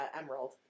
emerald